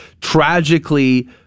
tragically